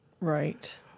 Right